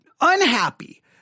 unhappy